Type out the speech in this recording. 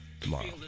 tomorrow